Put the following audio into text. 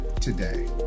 today